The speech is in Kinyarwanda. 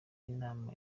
inama